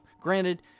Granted